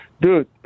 dude